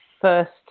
first